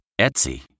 Etsy